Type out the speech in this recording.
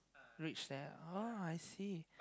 reach there oh I see